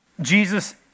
Jesus